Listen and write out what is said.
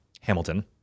Hamilton